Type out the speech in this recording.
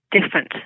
different